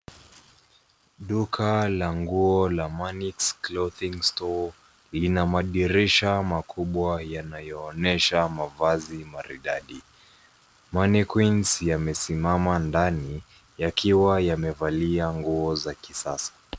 Duka la nguo la Manix Clothing Store lina madirisha makubwa yanayoonyesha mavazi maridadi. Mannequins yamesimama ndani yakiwa yamevalia nguo za kisasa.